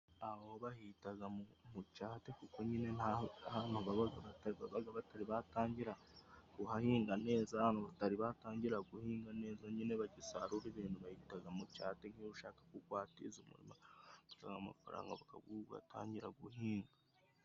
Aha ho bahitaga mucate, kuko nyine naho babaga batari batangira kuhahinga nezazi. Ahantu batari batangira guhinga neza nyine bagisarura ibintu, bayihitaga mu cate nk'ushaka kugwatiza umuntu uzanaga amafaranga bakaguba ugatangira guhinga.